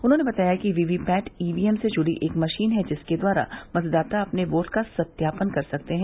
उन्होंने बताया कि वीवीपैट ईवीएम से जुड़ी एक मशीन है जिसके द्वारा मतदाता अपने वोट का सत्यापन कर सकते हैं